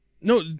No